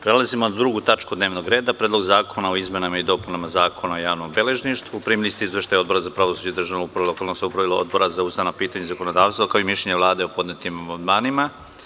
Prelazimo na 2. tačku dnevnog reda – PREDLOG ZAKONA O IZMENAMA I DOPUNAMA ZAKONA O JAVNOM BELEŽNIŠTVU Primili ste izveštaje Odbora za pravosuđe, državnu upravu i lokalnu samoupravu i Odbora za ustavna pitanja i zakonodavstvo, kao i mišljenje Vlade o podnetim amandmanima.